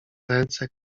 ręce